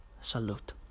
Salute